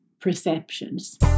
perceptions